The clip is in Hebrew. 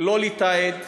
לא לתעד?